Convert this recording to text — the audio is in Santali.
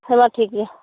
ᱦᱮᱢᱟ ᱴᱷᱤᱠ ᱜᱮᱭᱟ